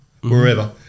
Wherever